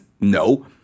No